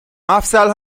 مفصل